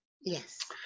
Yes